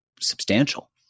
substantial